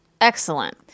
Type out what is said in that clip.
excellent